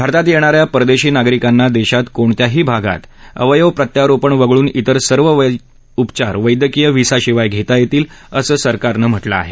भारतात येणाऱ्या परदेशी नागरिकांना देशात कोणत्याही भागात अवयव प्रत्यारोपण वगळून इतर सर्व उपचार वैद्यकीय व्हिसाशिवाय घेता येतील असं सरकारनं सांगितलं आहे